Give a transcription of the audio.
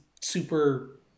super